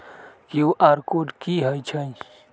QR code कि हई छई?